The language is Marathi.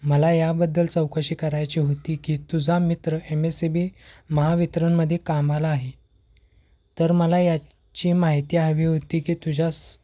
मला याबद्दल चौकशी करायची होती की तुझा मित्र एम एस सी बी महावितरणमध्ये कामाला आहे तर मला याची माहिती हवी होती की तुझ्याच